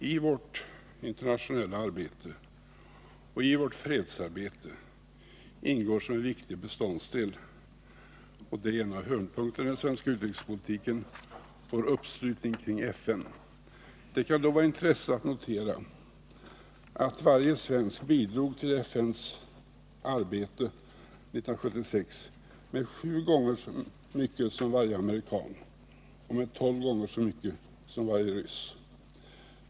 I vårt internationella arbete och vårt fredsarbete ingår som en viktig beståndsdel — det är en av hörnpunkterna i den svenska utrikespolitiken — vår uppslutning kring FN. Det kan då vara av intresse att notera att varje svensk år 1976 bidrog till FN:s arbete med sju gånger så mycket som varje amerikan och tolv gånger så mycket som varje ryss.